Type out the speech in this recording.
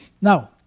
Now